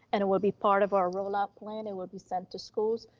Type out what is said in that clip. and it will be part of our rollout plan, it will be sent to schools.